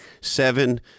Seven